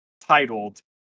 titled